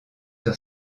sur